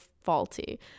faulty